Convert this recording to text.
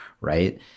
right